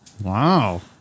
Wow